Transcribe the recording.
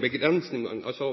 «begrensning».